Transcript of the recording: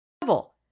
devil